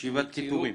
ישיבת סיפורים.